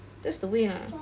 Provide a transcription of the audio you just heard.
that's the way lah